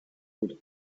would